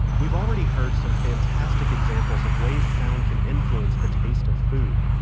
we've already heard some fantastic examples of ways sound can influence the taste of food,